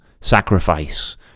sacrifice